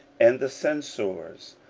and the censers,